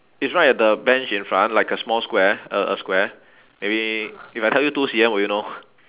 it's right at the bench in front like a small square a a square maybe if I tell you two C_M will you know